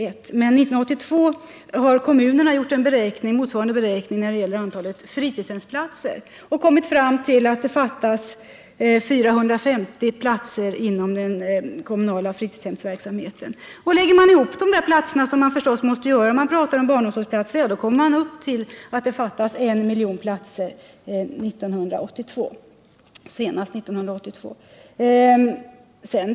När det gäller antalet fritidshemsplatser har kommunerna gjort en motsvarande beräkning, och man har då kommit fram till att det år 1982 kommer att fattas 450 000 platser inom den kommunala fritidshemsverksamheten. Om man lägger ihop antalet platser, vilket man måste göra när man talar om behovet av barnomsorgsplatser, ja, då kommer man fram till att det kommer att fattas en miljon platser senast 1982.